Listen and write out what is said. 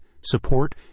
support